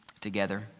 together